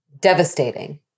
devastating